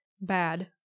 bad